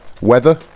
weather